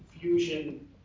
fusion